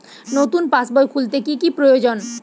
নতুন পাশবই খুলতে কি কি প্রয়োজন?